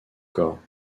corps